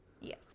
Yes